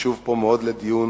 חשוב פה מאוד לדיון